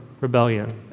rebellion